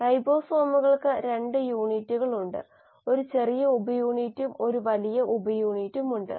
റൈബോസോമുകൾക്ക് 2 യൂണിറ്റുകൾ ഉണ്ട് ഒരു ചെറിയ ഉപയൂണിറ്റും ഒരു വലിയ ഉപയൂണിറ്റും ഉണ്ട്